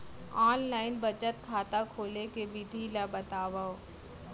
Online बचत खाता खोले के विधि ला बतावव?